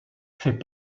fait